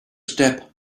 step